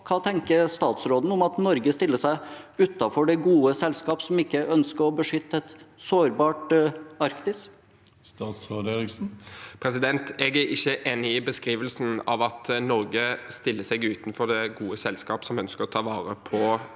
Hva tenker statsråden om at Norge stiller seg utenfor det gode selskap som ønsker å beskytte et sårbart Arktis? Statsråd Andreas Bjelland Eriksen Jeg er ikke enig i beskrivelsen av at Norge stiller seg utenfor det gode selskap som ønsker å ta vare på Arktis,